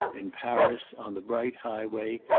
in paris, on the bright highway,